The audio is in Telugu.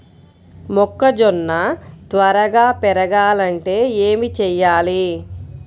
మొక్కజోన్న త్వరగా పెరగాలంటే ఏమి చెయ్యాలి?